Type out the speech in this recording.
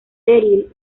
daryl